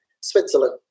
Switzerland